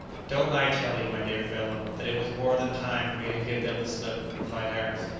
don't i tell you, my dear fellow, that it was more than time for me to give them the slip? replied harris,